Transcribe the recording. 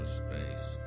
space